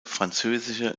französische